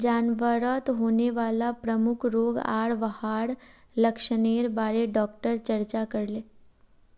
जानवरत होने वाला प्रमुख रोग आर वहार लक्षनेर बारे डॉक्टर चर्चा करले